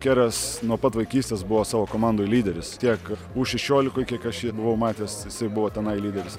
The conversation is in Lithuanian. keras nuo pat vaikystės buvo savo komandoj lyderis tiek u šešiolikoj kiek aš jį buvau matęs jisai buvo tenai lyderis